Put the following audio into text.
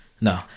No